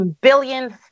billions